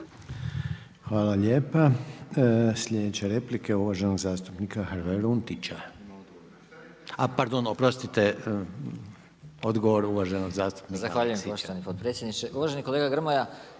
Hvala lijepa. Slijedeća replika uvaženog zastupnika Hrvoja Runtića, a pardon oprostite, odgovor uvaženog zastupnika Aleskića. **Aleksić, Goran (SNAGA)** Zahvaljujem se poštovani potpredsjedniče. Uvaženi kolega Grmoja,